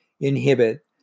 inhibit